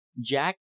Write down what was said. Jack